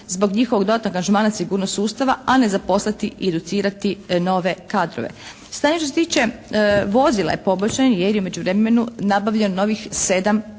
zbog njihovog dodatnog angažmana sigurnost sustava a ne zaposliti i educirati te nove kadrove. Stanje što se tiče vozila je poboljšano jer je u međuvremenu nabavljeno novih 7